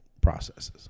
Processes